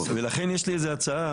לכן יש לי איזושהי הצעה